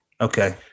Okay